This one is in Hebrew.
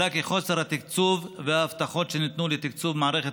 עלה חוסר התקצוב ושההבטחות שניתנו לתקצוב מערכת